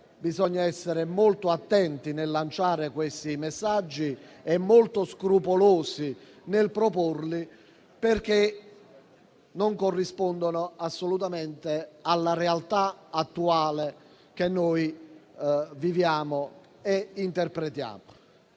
si debba stare molto attenti nel lanciare questi messaggi e molto scrupolosi nel proporli, perché non corrispondono assolutamente alla realtà attuale, che viviamo e interpretiamo